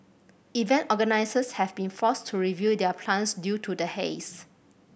event organisers have been forced to review their plans due to the haze